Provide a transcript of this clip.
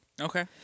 Okay